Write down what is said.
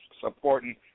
supporting